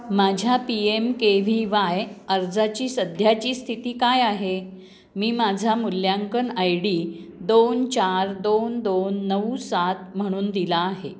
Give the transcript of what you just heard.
माझ्या P M K V Y अर्जाची सध्याची स्थिती काय आहे मी माझा मूल्यांकन आय डी दोन चार दोन दोन नऊ सात म्हणून दिला आहे